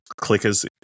clickers